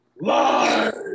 Live